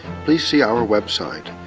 please see our website,